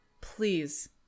please